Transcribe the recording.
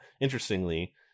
interestingly